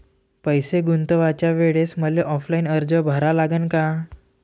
पैसे गुंतवाच्या वेळेसं मले ऑफलाईन अर्ज भरा लागन का?